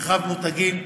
הרחבנו את הגיל,